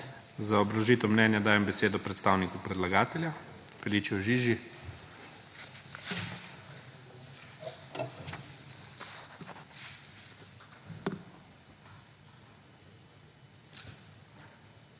Za obrazložitev mnenja dajem besedo predstavniku predlagatelja Feliceju Žiži.